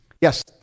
Yes